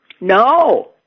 No